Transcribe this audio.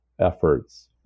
efforts